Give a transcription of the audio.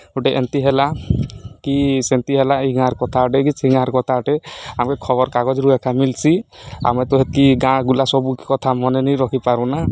ଗୁଟେ ଏନ୍ତି ହେଲା କି ସେନ୍ତି ହେଲା ଇ ଗାଁର୍ କଥା ଗୁଟେ କି ସେ ଗାଁର୍ କଥା ଅଟେ ଆମ୍କେ ଖବର୍କାଗଜ୍ ରୁ ଏକା ମିଲ୍ସି ଆମେ ତ ହେକି ଗାଁ ଗୁଲା ସବୁ କଥା ମନେ ନି ରଖିପାରୁନା